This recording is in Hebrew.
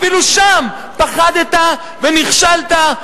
אפילו שם פחדת ונכשלת,